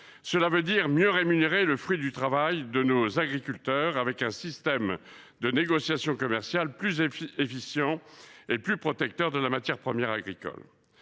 qui signifie mieux rémunérer le fruit du travail de nos agriculteurs un système de négociations commerciales plus efficient et plus protecteur de la matière première agricole.